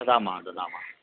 ददामः ददामः